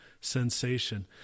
sensation